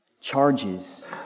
charges